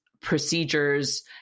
procedures